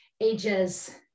ages